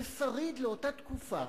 זה שריד לאותה תקופה